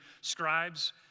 scribes